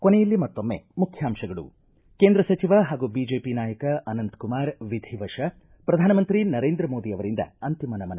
ಕೊನೆಯಲ್ಲಿ ಮತ್ತೊಮ್ಮೆ ಮುಖ್ಯಾಂಶಗಳು ಕೇಂದ್ರ ಸಚಿವ ಹಾಗೂ ಬಿಜೆಪಿ ನಾಯಕ ಅನಂತ್ ಕುಮಾರ್ ವಿಧಿ ವಶ ಪ್ರಧಾನಮಂತ್ರಿ ನರೇಂದ್ರ ಮೋದಿ ಅವರಿಂದ ಅಂತಿಮ ನಮನ